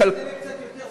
אולי תדלג קצת יותר,